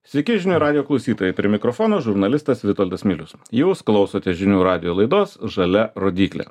sveiki žinių radijo klausytojai prie mikrofono žurnalistas vitoldas milius jūs klausotės žinių radijo laidos žalia rodyklė